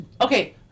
okay